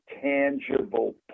tangible